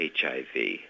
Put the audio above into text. HIV